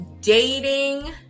dating